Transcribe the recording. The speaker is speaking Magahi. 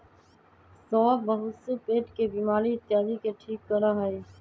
सौंफ बहुत से पेट के बीमारी इत्यादि के ठीक करा हई